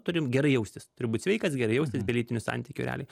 turim gerai jaustis turi būt sveikas gerai jaustis be lytinių santykių realiai